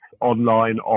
online